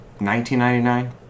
$19.99